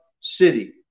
city